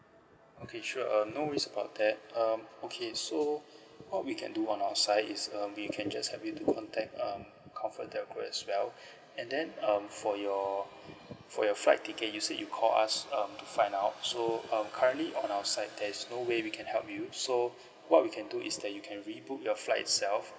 okay sure uh no worries about that um okay so what we can do on our side is um we can just help you to contact um comfortdelgro as well and then um for your for your flight ticket you said you call us um to find out so um currently on our side there's no way we can help you so what we can do is that you can rebook your flight itself